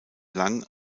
lang